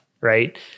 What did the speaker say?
right